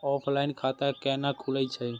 Offline खाता कैना खुलै छै?